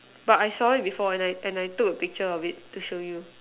but I saw it before and I and I took a picture of it to show you